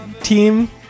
team